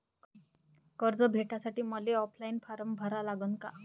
कर्ज भेटासाठी मले ऑफलाईन फारम भरा लागन का?